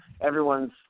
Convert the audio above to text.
everyone's